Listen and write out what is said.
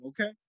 okay